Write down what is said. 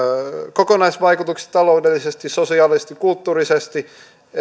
kokonaisvaikutuksista taloudellisesti sosiaalisesti kulttuurisesti